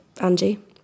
Angie